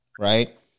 Right